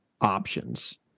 options